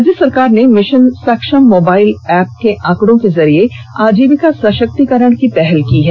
राज्य सरकार ने भि ान सक्षम मोबाइल एप्प के आंकड़ो के जारिये आजीविका स ाक्तिकरण की पहल की गई है